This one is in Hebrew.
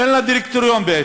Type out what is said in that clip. אין לה דירקטוריון בעצם,